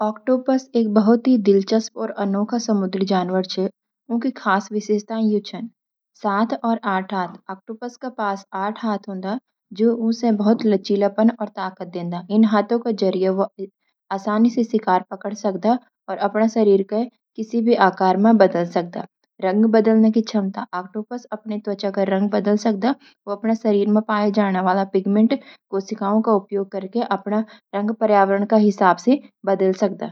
ऑक्टोपस एक बहुत ही दिलचस्प और अनोखा समुद्री जनावर हछ। उनकू कुछ खास विशेषताएँ यू छ: सात और आठ हाथ: ऑक्टोपस के पास आठ हाथ होते हं, जो उसे बहुत लचीलापन और ताकत देदां। इन हाथों के जरिए वो आसानी से शिकार पकड़ सकदां और अपने शरीर को किसी भी आकार में बदल सकदां। रंग बदलने की क्षमता: ऑक्टोपस अपनी त्वचा का रंग बदल सकदां। वो अपने शरीर में पाए जाने वाले पिगमेंट कोशिकाओं का उपयोग करके अपना रंग पर्यावरण के हिसाब से बदल सकदा।